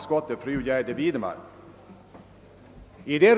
De senares kvalifikationer vill jag inte alls ifrågasätta.